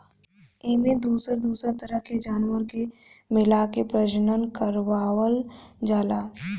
एमें दोसर दोसर तरह के जानवर के मिलाके प्रजनन करवावल जाला